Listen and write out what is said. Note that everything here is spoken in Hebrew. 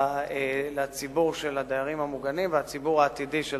לציבור הדיירים המוגנים והציבור העתידי של